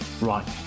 Right